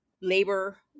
labor